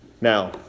Now